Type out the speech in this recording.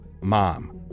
mom